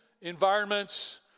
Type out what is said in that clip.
environments